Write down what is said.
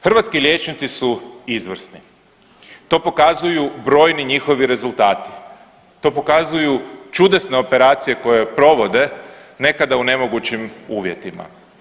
Hrvatski liječnici su izvrsni, to pokazuju brojni njihovi rezultati, to pokazuju čudesne operacije koje provode nekada u nemogućim uvjetima.